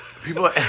people